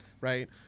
right